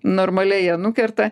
normaliai ją nukerta